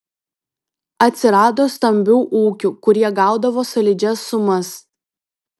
atsirado stambių ūkių kurie gaudavo solidžias sumas